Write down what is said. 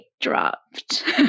dropped